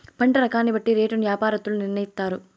పంట రకాన్ని బట్టి రేటును యాపారత్తులు నిర్ణయిత్తారు